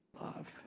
love